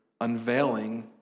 unveiling